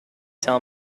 tell